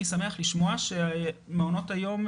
אני שמח לשמוע שמעונות היום,